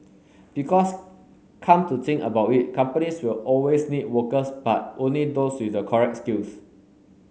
because come to think about it companies will always need workers but only those with the correct skills